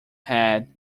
head